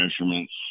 measurements